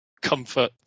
comfort